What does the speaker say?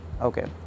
Okay